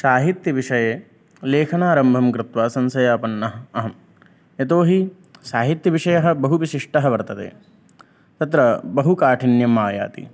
साहित्यविषये लेखनारम्भं कृत्वा संशयापन्नः अहं यतो हि साहित्यविषयः बहुविशिष्टः वर्तते तत्र बहुकाठिन्यम् आयाति